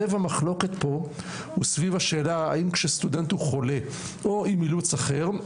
לב המחלוקת פה הוא סביב השאלה האם כשסטודנט חולה או עם אילוץ אחר,